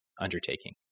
undertaking